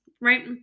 Right